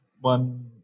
one